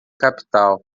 capital